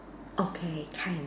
okay can